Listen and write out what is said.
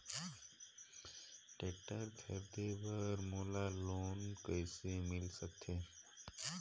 Tractor खरीदे बर मोला लोन कइसे मिल सकथे?